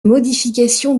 modification